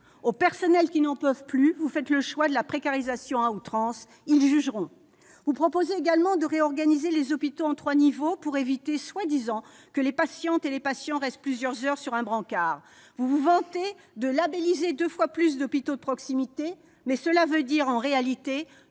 des personnels qui n'en peuvent plus, vous faites le choix de la précarisation à outrance : ils jugeront ! Vous proposez également de réorganiser les hôpitaux en trois niveaux, pour éviter soi-disant que les patientes et les patients restent plusieurs heures sur un brancard. Vous vous vantez de labelliser deux fois plus d'hôpitaux de proximité, mais cela signifie en réalité